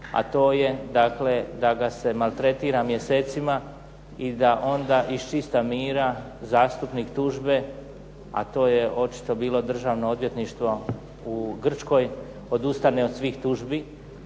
a to je dakle da ga se maltretira mjesecima i da onda iz čista mira zastupnik tužbe, a to je očito bilo Državno odvjetništvo u Grčkoj odustane od svih tužbi,